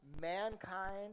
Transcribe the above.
Mankind